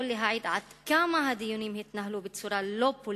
להעיד עד כמה הדיונים התנהלו בצורה פוליטית,